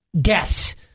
deaths